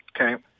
Okay